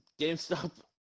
GameStop